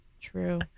True